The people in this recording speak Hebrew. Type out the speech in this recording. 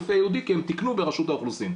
יופיע יהודי כי הם תיקנו ברשות האוכלוסין.